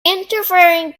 interfering